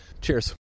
Cheers